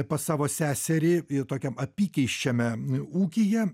pas savo seserį i tokiam apykeisčiame ūkyje